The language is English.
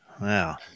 Wow